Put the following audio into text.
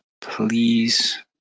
please